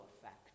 effect